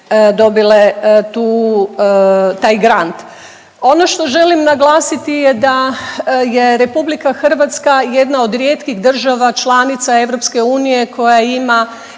dobile tu, taj grand. Ono što želim naglasiti je da je RH jedna od rijetkih država članica EU koja ima